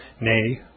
nay